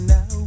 Now